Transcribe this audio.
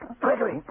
Gregory